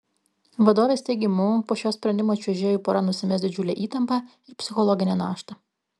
vadovės teigimu po šio sprendimo čiuožėjų pora nusimes didžiulę įtampą ir psichologinę naštą